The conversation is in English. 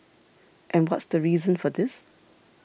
and what's the reason for this